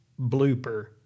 blooper